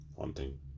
hunting